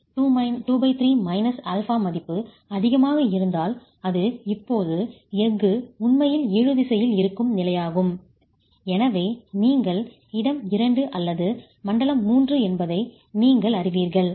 ஆனால் உங்கள் MPd மதிப்பு அதிகமாக இருந்தால் அது இப்போது எஃகு உண்மையில் இழு விசையில் இருக்கும் நிலையாகும் எனவே நீங்கள் இடம் 2 அல்லது மண்டலம் 3 என்பதை நீங்கள் அறிவீர்கள்